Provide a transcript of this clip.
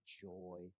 joy